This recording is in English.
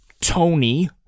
Tony